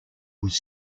was